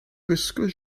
gwisgo